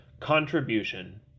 Contribution